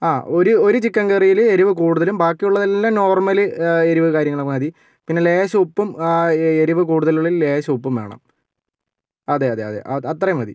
ആ ഒരു ഒരു ചിക്കൻ കറിയില് എരിവ് കുടുതലും ബാക്കിയുള്ളതെല്ലാം നോർമൽ എരിവ് കാര്യങ്ങൾ മതി പിന്നെ ലേശം ഉപ്പും എരിവ് കൂടുതൽ ഉള്ളതിൽ ലേശം ഉപ്പും വേണം അതെയതെ അതെ അത്രയും മതി